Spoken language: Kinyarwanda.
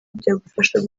byagufasha